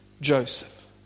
Joseph